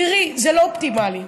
תראי, זה לא אופטימלי,